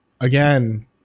again